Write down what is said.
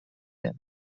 them